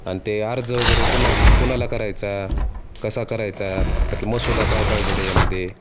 आणि ते अर्ज वगैरे कुणास कुणाला करायचा कसा करायचा त्यातील मसुदा काय पाहिजे त्याच्यामध्ये